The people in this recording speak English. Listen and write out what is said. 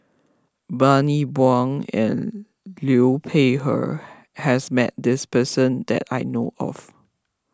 Bani Buang and Liu Peihe has met this person that I know of